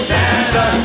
Santa